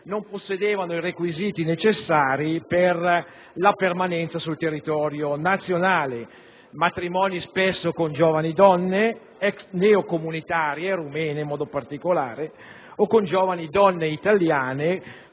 non possedevano i requisiti necessari per la permanenza sul territorio nazionale; si è trattato spesso di matrimoni con giovani donne neocomunitarie, rumene in modo particolare, o con giovani donne italiane,